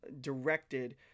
directed